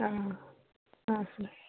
ಹಾಂ ಹಾಂ ಸರ್